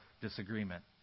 disagreement